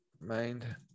Mind